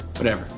whatever.